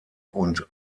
und